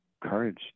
courage